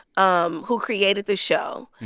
um who created the show,